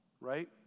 right